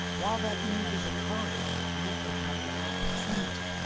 while that move is occurring, naep will have the opportunity,